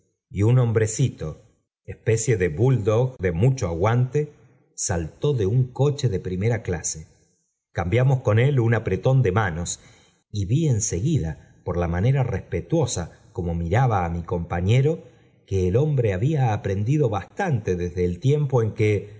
y im hombrecito especie de bulldon dé s u csn a wam te salt de un coche de primera claen cz n on él un apretón de manos y vi en seguida por la manera respetuosa como mirado el h bre h w psdo bastante desde el tiempo en que